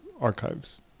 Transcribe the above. archives